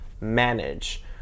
manage